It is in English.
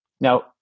Now